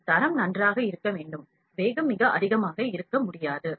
மற்றும் தரம் நன்றாக இருக்க வேண்டும் வேகம் மிக அதிகமாக இருக்க முடியாது